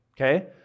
Okay